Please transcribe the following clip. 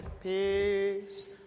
Peace